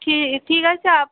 ঠিক ঠিক আছে আপ